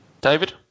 David